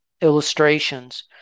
illustrations